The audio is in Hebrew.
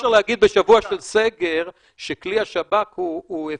בשבוע של סגר שכלי השב"כ הוא אפקטיבי,